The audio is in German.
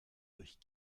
durch